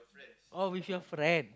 oh with your friend